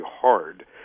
hard